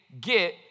get